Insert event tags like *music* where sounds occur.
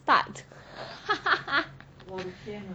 start *laughs*